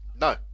No